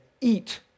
eat